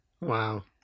wow